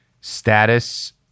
status